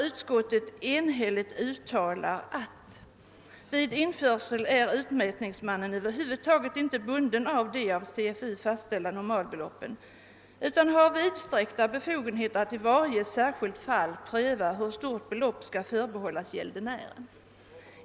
Utskottet uttalar enhälligt följande: »Vid införsel är utmätningsmannen över huvud taget inte bunden av de av CEU fastställda normalbeloppen utan har vidsträckta befogenheter att i varje särskilt fall pröva hur stort belopp som skall förbehållas gäldenären.